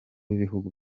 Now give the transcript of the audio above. b’ibihugu